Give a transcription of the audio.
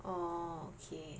orh okay